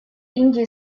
индии